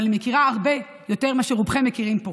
אבל אני מכירה הרבה, יותר מאשר רובכם מכירים פה.